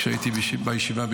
כשהייתי בישיבה,